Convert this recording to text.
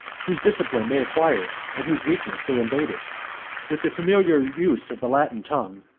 whose discipline they acquired, and whose weakness they invaded with the familiar use of the latin tongue,